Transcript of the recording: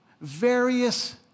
various